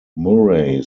murray